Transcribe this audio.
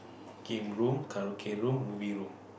game room karaoke room movie room